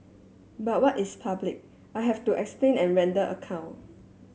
but what is public I have to explain and render account